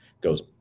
goes